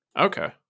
Okay